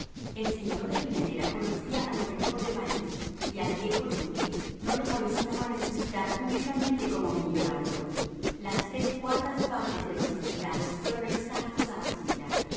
el señor de villanera conocía a lo mejor de parís y al viejo duque no le molestaba resucitar públicamente como millonario las tres cuartas partes de los invitados fueron exactos a la cita